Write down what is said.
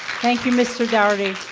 thank you, mr. daugherty.